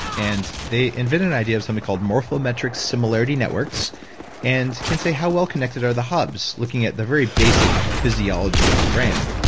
and they invented the idea of something called morphometric similarity networks and can say how well connected are the hubs looking at the very basic physiology of the brain,